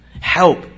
help